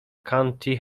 county